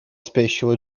спящего